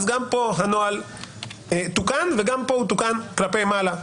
אז גם פה הנוהל תוקן וגם פה הוא תוקן כלפי מעלה.